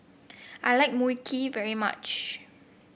I like Mui Kee very much